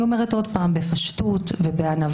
אני אומרת שוב בפשטות ובענווה